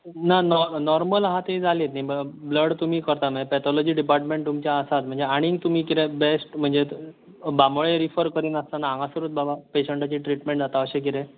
ना नॉमर्ल आसा ते जालेत न्ही बल्ड तुमी करता न्हय पेथोलॉजी डिर्पाटमेंट तुमचे आसात म्हणजे आनीक तुमी किद्याक बेस्ट बांबोळे रिफर्र करी नासतना हांगासरूच बाबा पेशटांचे ट्रीटमेंट जाता अशें किदे